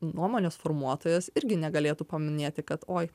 nuomonės formuotojas irgi negalėtų paminėti kad oi